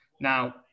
Now